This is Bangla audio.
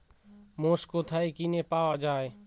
মোষ কোথায় কিনে পাওয়া যাবে?